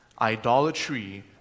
idolatry